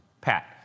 Pat